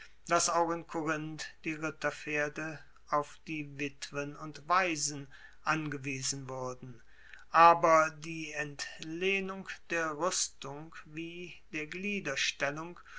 dass auch in korinth die ritterpferde auf die witwen und waisen angewiesen wurden aber die entlehnung der ruestung wie der